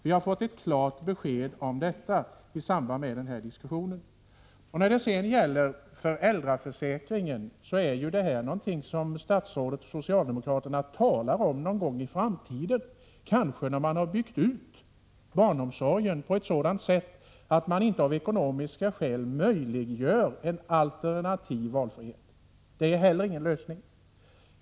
Vi har fått ett klart besked om detta i samband med den här diskussionen. Föräldraförsäkringen är någonting som statsrådet och socialdemokraterna talar om som något som kan komma någon gång i framtiden, kanske när man har byggt ut barnomsorgen på ett sådant sätt att ekonomiska skäl inte möjliggör en alternativ valfrihet. Det är heller ingen lösning.